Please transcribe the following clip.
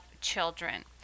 children